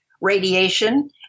radiation